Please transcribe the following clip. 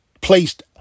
placed